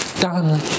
Done